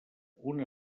una